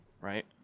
right